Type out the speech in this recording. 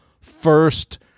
first